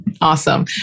Awesome